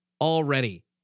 already